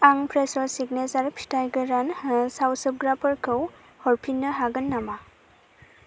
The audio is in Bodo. आं फ्रेस' सिगनेसार फिथाइ गोरान सावसोबग्राफोरखौ हरफिन्नो हागोन नामा